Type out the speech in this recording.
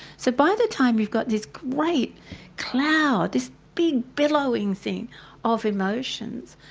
so by the time you've got this great cloud, this big, billowing thing of emotions,